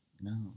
No